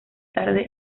tarde